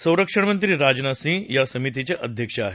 संरक्षणमंत्री राजनाथ सिंह या समितीचे अध्यक्ष आहेत